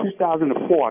2004